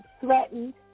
threatened